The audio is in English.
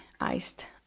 iced